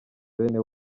bene